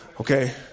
Okay